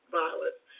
violence